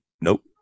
Nope